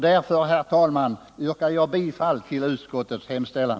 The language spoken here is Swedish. Därför, herr talman, yrkar jag bifall till utskottets hemställan.